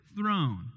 throne